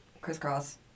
crisscross